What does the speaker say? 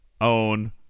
own